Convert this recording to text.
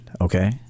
okay